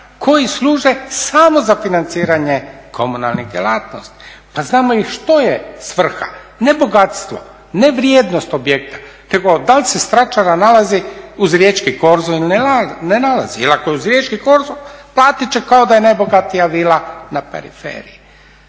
koji služe samo za financiranje komunalnih djelatnosti. Pa znamo i što je svrha, ne bogatstvo, ne vrijednost objekta nego dal se straćara nalazi uz riječki korzo ili ne nalazi, jer ako je uz riječki korzo platit će kao da je najbogatija vila na periferiji.